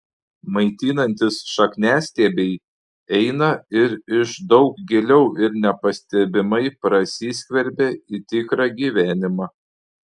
maitinantys šakniastiebiai eina ir iš daug giliau ir nepastebimai prasiskverbia į tikrą gyvenimą